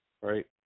right